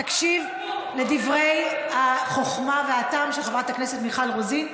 תקשיב לדברי החוכמה והטעם של חברת הכנסת מיכל רוזין.